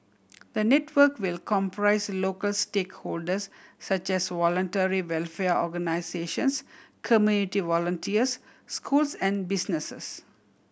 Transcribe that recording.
the network will comprise local stakeholders such as voluntary welfare organisations community volunteers schools and businesses